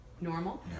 Normal